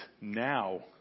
now